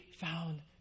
found